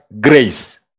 grace